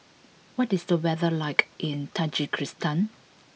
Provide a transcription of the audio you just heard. what is the weather like in Tajikistan